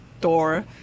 door